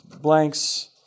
blanks